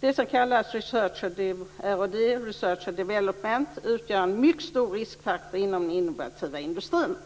Det som kallas R och D, dvs. Research and Development, utgör en mycket stor riskfaktor inom den innovativa industrin.